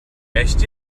echt